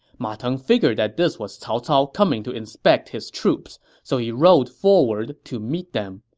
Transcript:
ma teng figured that this was cao cao coming to inspect his troops, so he rode forward to meet them.